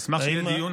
נשמח שיהיה דיון,